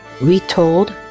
retold